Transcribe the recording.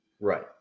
Right